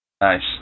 Nice